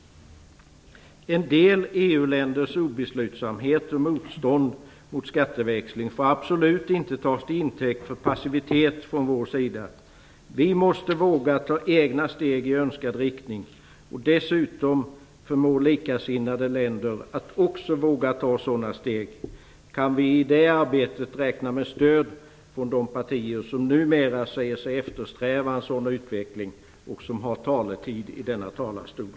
En del EU-länders obeslutsamhet och motstånd mot skatteväxling får absolut inte tas till intäkt för passivitet från vår sida. Vi måste våga ta egna steg i önskad riktning och dessutom förmå likasinnade länder att också våga ta sådana steg. Kan vi i det arbetet räkna med stöd från de partier som numera säger sig eftersträva en sådan utveckling och vars representanter har taletid i kammarens talarstol?